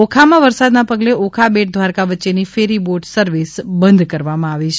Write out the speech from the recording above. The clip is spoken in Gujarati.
ઓખામાં વરસાદના પગલે ઓખા બેટ દ્વારકા વચ્ચેની ફેરી બોટ સર્વિસ બંધ કરવામાં આવી છે